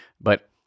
But-